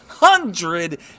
Hundred